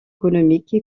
économiques